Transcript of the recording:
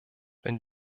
wenn